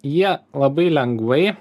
jie labai lengvai